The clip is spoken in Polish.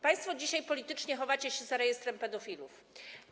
Państwo dzisiaj politycznie chowacie się za rejestrem pedofilów.